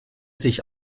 sich